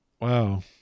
wow